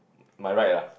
my right lah